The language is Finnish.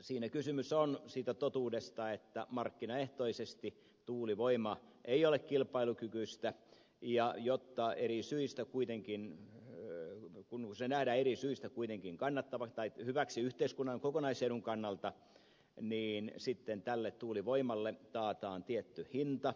siinä kysymys on siitä totuudesta että markkinaehtoisesti tuulivoima ei ole kilpailukykyistä ja jotta eri syistä kuitenkin löi kun se nähdään eri syistä kuitenkin hyväksi yhteiskunnan kokonaisedun kannalta niin tuulivoimalle taataan tietty hinta